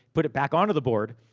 put it back on to the board.